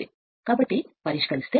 కాబట్టి కొంచెం ప్రయత్నించినట్లయితే x 1